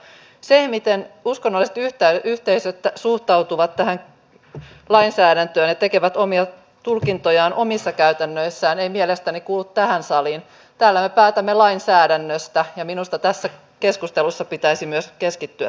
se miten uskonnolliset yhteisöt suhtautuvat tähän lainsäädäntöön ja tekevät omia tulkintojaan omissa käytännöissään ei mielestäni kuulu tähän saliin täällä me päätämme lainsäädännöstä ja minusta tässä keskustelussa pitäisi myös keskittyä siihen